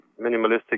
minimalistic